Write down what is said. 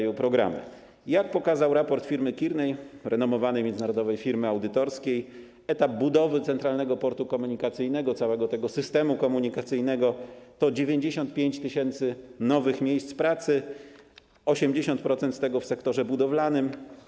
Jak pokazał raport firmy Kearney, renomowanej międzynarodowej firmy audytorskiej, budowa Centralnego Portu Komunikacyjnego, całego tego systemu komunikacyjnego, to 95 tys. nowych miejsc pracy, z czego 80% w sektorze budowlanym.